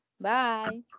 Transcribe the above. Bye